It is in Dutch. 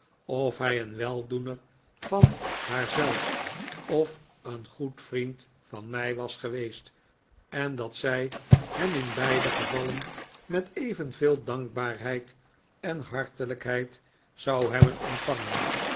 of hij een weldoener van haar zelf of een goed vriend van mij was geweest en dat zij hem in beide gevallen met evenveel dankbaarheid en hartelijkheid zou hebben ontvangen